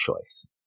choice